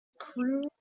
Crew